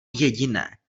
jediné